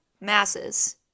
masses